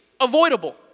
avoidable